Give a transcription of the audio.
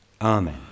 Amen